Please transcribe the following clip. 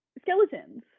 skeletons